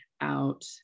out